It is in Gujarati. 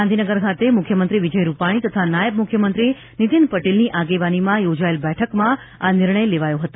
ગાંધીનગર ખાતે મુખ્યમંત્રી વિજય રૂપાલી તથા નાયબ મુખ્યમંત્રી નિતિન પટેલની આગેવાનીમાં યોજાયેલ બેઠકમાં આ નિર્ણય લેવાયો હતો